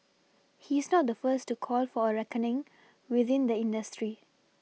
he's not the first to call for a reckoning within the industry